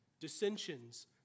Dissensions